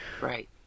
Right